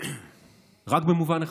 רק במובן אחד: